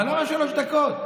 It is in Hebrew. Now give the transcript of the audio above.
למה שלוש דקות?